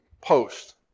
post